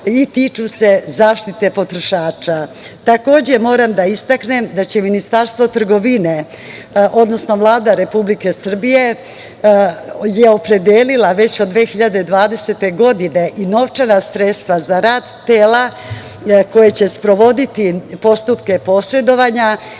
i tiču se zaštite potrošača. Takođe, moram da istaknem da će Ministarstvo trgovine, odnosno Vlada Republike Srbije je opredelila već od 2020. godine i novčana sredstva za rad tela koja će sprovoditi postupke posredovanja